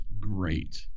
great